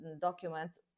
documents